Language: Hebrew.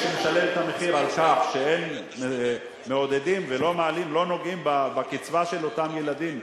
מי שמשלם את המחיר על כך שאין מעודדים ולא נוגעים בקצבה של אותם ילדים,